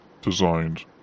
designed